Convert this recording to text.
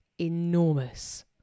enormous